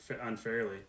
unfairly